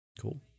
Cool